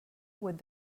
would